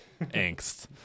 angst